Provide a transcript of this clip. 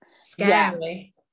scary